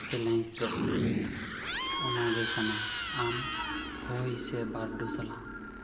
challenge ᱫᱚ ᱚᱱᱟᱜᱮ ᱠᱟᱱᱟ ᱟᱢ ᱦᱚᱭ ᱥᱮ ᱵᱟᱹᱨᱰᱩ ᱥᱟᱞᱟᱜ